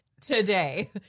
Today